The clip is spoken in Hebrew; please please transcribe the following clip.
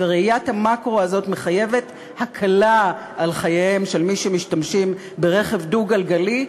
וראיית המקרו הזאת מחייבת הקלה על חייהם של מי שמשתמשים ברכב דו-גלגלי,